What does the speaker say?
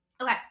Okay